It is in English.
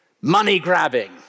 money-grabbing